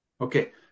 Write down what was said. Okay